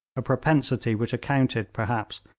a propensity which accounted, perhaps,